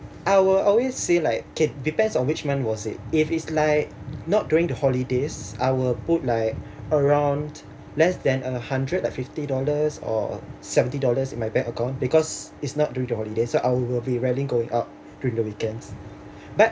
I will always say like okay depends on which month was it if is like not during the holidays I will put like around less than a hundred like fifty dollars or seventy dollars in my bank account because is not during the holidays so I will be rarely going out during the weekends but